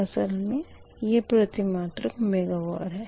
असल मे यह प्रतिमात्रक मेगावार है